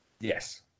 Yes